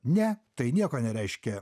ne tai nieko nereiškia